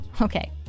Okay